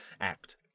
Act